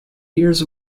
years